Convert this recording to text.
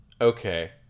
Okay